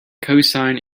cosine